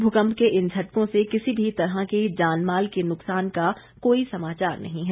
भूकंप के इन झटकों से किसी भी तरह के जानमाल के नुक्सान का कोई समाचार नहीं है